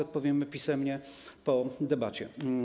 Odpowiemy pisemnie po debacie.